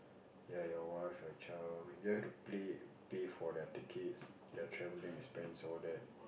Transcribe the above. ya your wife your child you have to pay pay for their tickets their travelling expense all that